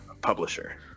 publisher